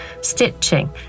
stitching